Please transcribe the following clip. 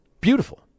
Beautiful